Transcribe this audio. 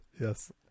yes